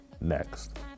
next